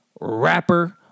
rapper